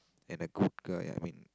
and a good guy I mean